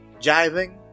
jiving